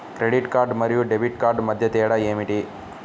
Credit card మరియు debit card మధ్య తేడా ఏమిటి?